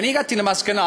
הגעתי למסקנה,